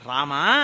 Rama